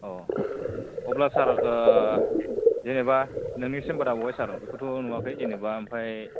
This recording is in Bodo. अ अब्ला सार जेनेबा नोंनि सेम्बार आ बबेयावहाय सार बेखौथ' नुवाखै जेनेबा ओमफ्राय